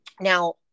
Now